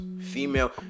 Female